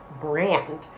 brand